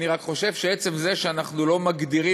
אני רק חושב שעצם זה שאנחנו לא מגדירים,